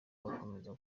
bakomeza